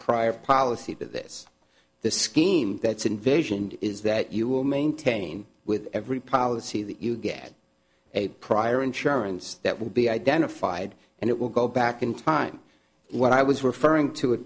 prior policy but this the scheme that's invasion is that you will maintain with every policy that you get a prior insurance that will be identified and it will go back in time what i was referring to